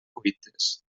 cuites